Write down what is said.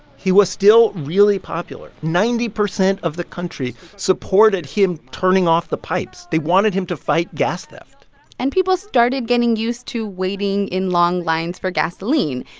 he was still really popular. ninety percent of the country supported him turning off the pipes. they wanted him to fight gas theft and people started getting used to waiting in long lines for gasoline.